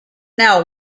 now